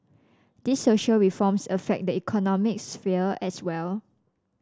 these social reforms affect the economic sphere as well